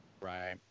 right